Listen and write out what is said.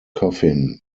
coffin